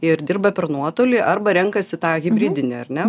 ir dirba per nuotolį arba renkasi tą hibridinę ar ne